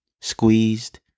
Squeezed